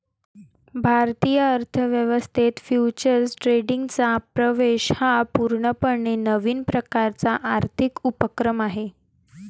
भारतीय अर्थ व्यवस्थेत फ्युचर्स ट्रेडिंगचा प्रवेश हा पूर्णपणे नवीन प्रकारचा आर्थिक उपक्रम आहे